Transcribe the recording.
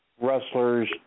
wrestlers